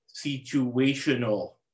situational